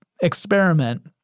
experiment